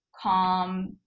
calm